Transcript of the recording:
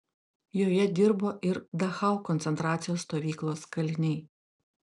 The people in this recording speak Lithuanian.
joje dirbo ir dachau koncentracijos stovyklos kaliniai